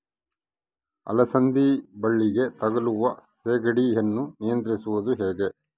ಅಲಸಂದಿ ಬಳ್ಳಿಗೆ ತಗುಲುವ ಸೇಗಡಿ ಯನ್ನು ನಿಯಂತ್ರಿಸುವುದು ಹೇಗೆ?